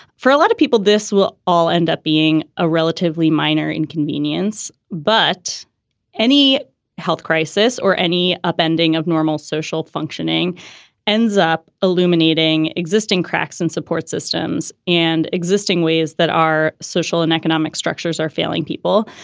for a lot of people, this will all end up being a relatively minor inconvenience but any health crisis or any upending of normal social functioning ends up illuminating existing cracks in support systems and existing ways that our social and economic structures are failing people.